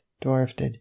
dwarfed